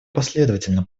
последовательно